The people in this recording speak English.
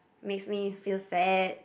makes me feel sad